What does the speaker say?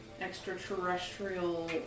extraterrestrial